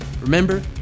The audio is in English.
Remember